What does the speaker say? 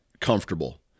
comfortable